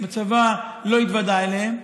הצבא לא יתוודע אליהם,